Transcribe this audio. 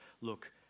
look